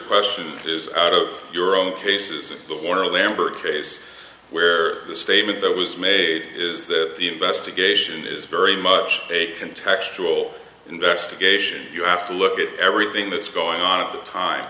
question is out of your own cases the war lambert case where the statement that was made is that the investigation is very much a pin textual investigation you have to look at everything that's going on at the time